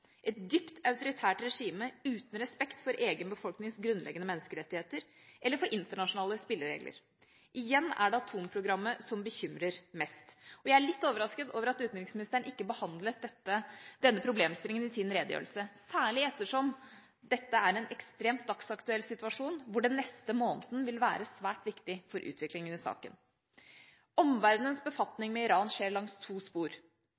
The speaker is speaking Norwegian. et dypt autoritært regime uten respekt for egen befolknings grunnleggende menneskerettigheter, eller for internasjonale spilleregler. Igjen er det atomprogrammet som bekymrer mest, og jeg er litt overrasket over at utenriksministeren ikke behandlet denne problemstillingen i sin redegjørelse, særlig ettersom dette er en ekstremt dagsaktuell situasjon, hvor den neste måneden vil være svært viktig for utviklingen i saken. Omverdenens befatning med Iran skjer langs to spor.